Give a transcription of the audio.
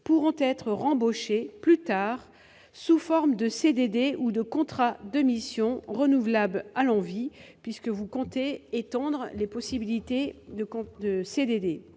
pourront-ils être réembauchés plus tard en CDD ou en contrats de mission renouvelables à l'envi, puisque vous comptez étendre les possibilités de CDD.